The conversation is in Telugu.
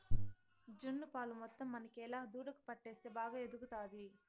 జున్ను పాలు మొత్తం మనకేలా దూడకు పట్టిస్తే బాగా ఎదుగుతాది